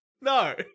No